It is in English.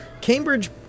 Cambridge